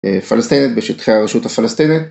פלסטינית בשטחי הרשות הפלסטינית